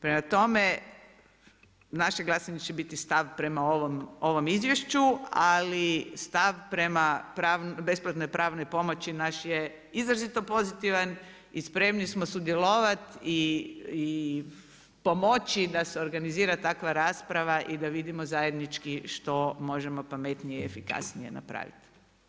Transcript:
Prema tome, naše glasanje će biti stav prema ovom izvješću, ali stav prema besplatnoj pravnoj pomoći naš je izrazito pozitivan i spremni smo sudjelovati i pomoći da se organizira takva rasprava i da vidimo zajednički što možemo pametnije i efikasnije napraviti.